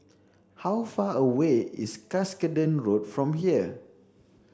how far away is Cuscaden Road from here